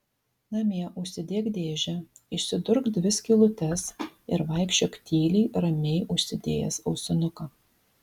namie užsidėk dėžę išsidurk dvi skylutes ir vaikščiok tyliai ramiai užsidėjęs ausinuką